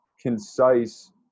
concise